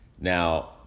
Now